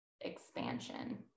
expansion